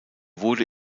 wurde